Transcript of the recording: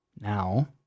now